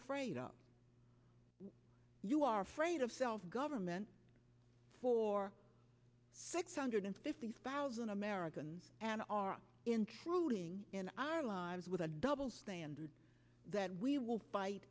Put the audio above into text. afraid of you are afraid of self government for six hundred fifty thousand americans and our intruding in our lives with a double standard that we will fight